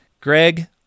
Greg